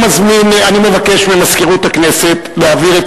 אני מבקש ממזכירות הכנסת להעביר את